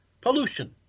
pollution